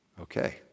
Okay